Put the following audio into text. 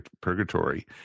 purgatory